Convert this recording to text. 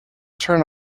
turn